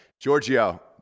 Giorgio